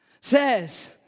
says